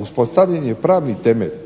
uspostavljen je pravni temelj